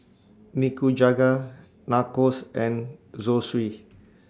Nikujaga Nachos and Zosui